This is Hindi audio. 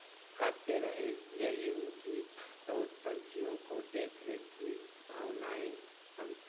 करते रहे यही उनकी बहुत पंछियों को देख रेख की भावनाएँ बनती